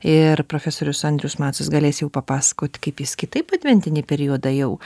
iir profesorius andrius macas galės jau papasakot kaip jis kitaip adventinį periodą jau